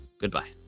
Goodbye